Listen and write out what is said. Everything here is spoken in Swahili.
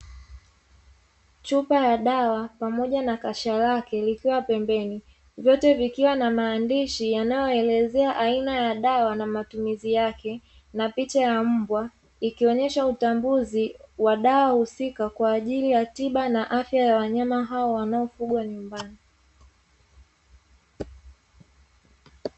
Chupa ya dawa pamoja na kasha lake likiwa pembeni, vyote vikiwa na maandishi yanayoelezea aina ya dawa na matumizi yake, na picha ya mbwa. Ikionesha utambuzi wa dawa husika kwa ajili ya tiba na afya ya wanyama hao wanaofugwa nyumbani.